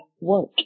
work